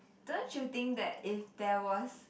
don't you think that if there was